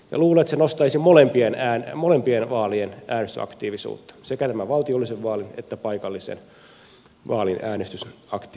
luulen että se nostaisi molempien vaalien äänestysaktiivisuutta sekä tämän valtiollisen vaalin että paikallisen vaalin äänestysaktiivisuutta